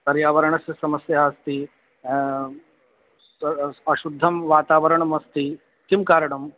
पर्यावरणस्य समस्या अस्ति स् अशुद्धं वातावरणमस्ति किं कारणं